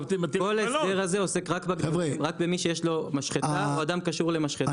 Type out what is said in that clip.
כל ההסדר הזה עוסק רק במי שיש לו משחטה או אדם קשור למשחטה.